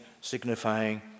signifying